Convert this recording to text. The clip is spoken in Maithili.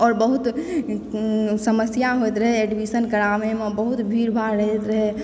आओर बहुत समस्या होइत रहए एडमिशन कराबैमे बहुत भीड़ भाड़ रहैत रहए